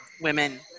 women